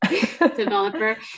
developer